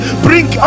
bring